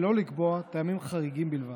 ולא לקבוע טעמים חריגים בלבד.